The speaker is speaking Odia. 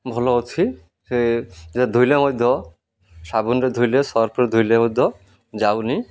ଭଲ ଅଛି ସେ ଯେ ଧୋଇଲେ ମଧ୍ୟ ସାବୁନରେ ଧୋଇଲେ ସର୍ଫରେ ଧୋଇଲେ ମଧ୍ୟ ଯାଉନି